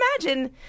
imagine